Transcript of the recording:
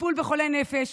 טיפול בחולי נפש,